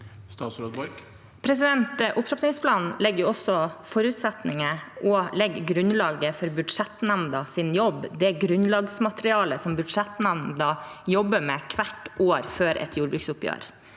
Opptrappings- planen legger også forutsetninger og grunnlaget for budsjettnemndas jobb. Det er grunnlagsmaterialet som budsjettnemnda jobber med hvert år før et jordbruksoppgjør.